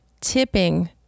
tipping